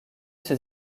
ses